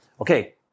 Okay